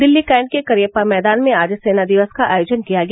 Delhi cantt के करियप्पा मैदान में आज सेना दिवस का आयोजन किया गया